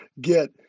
get